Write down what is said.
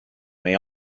may